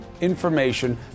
information